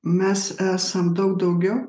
mes esam daug daugiau